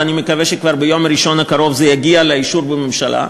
ואני מקווה שכבר ביום ראשון הקרוב זה יגיע לאישור הממשלה,